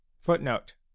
footnote